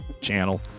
channel